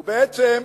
בעצם,